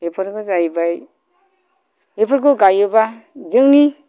बेफोरबो जाहैबाय बेफोरखौ गायोबा जोंनि